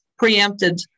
preempted